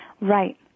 Right